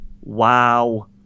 Wow